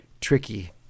tricky